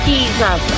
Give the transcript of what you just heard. Jesus